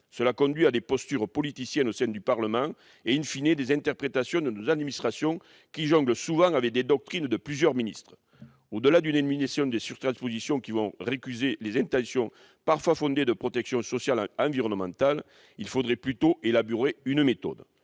Cela conduit à des postures politiciennes au sein du Parlement et,, à des interprétations de nos administrations, qui jonglent souvent avec les doctrines de plusieurs ministres. Au-delà de l'élimination de surtranspositions, qui aura pour effet de récuser des intentions parfois fondées de protection sociale et environnementale, il faudrait élaborer une méthode.